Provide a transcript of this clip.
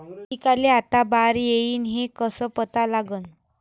पिकाले आता बार येईन हे कसं पता लागन?